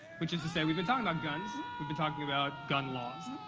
which is to say we've been talking about guns. we've been talking about gun laws.